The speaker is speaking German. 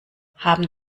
haben